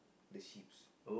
the sheep's